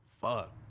Fuck